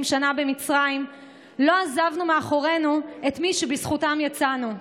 שנה במצרים לא עזבנו מאחורינו את מי שבזכותם יצאנו.